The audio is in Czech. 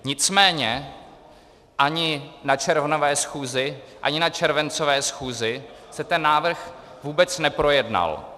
Nicméně ani na červnové schůzi, ani na červencové schůzi se ten návrh vůbec neprojednal.